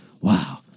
Wow